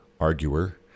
arguer